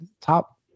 top